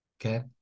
okay